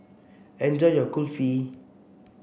enjoy your Kulfi